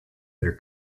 there